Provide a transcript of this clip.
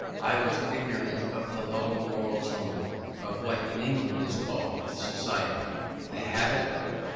i was ignorant of the low moral tone of what, in england, is called society the habit of,